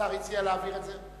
השר הציע להעביר את זה.